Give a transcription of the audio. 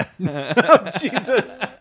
Jesus